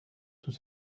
tout